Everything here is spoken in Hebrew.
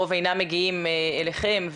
הרוב אינם מגיעים אליכם,